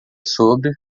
sobre